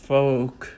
Folk